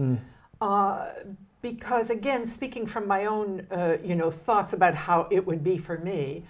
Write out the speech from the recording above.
and because again speaking from my own you know thoughts about how it would be for me